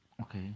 okay